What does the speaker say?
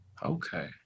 okay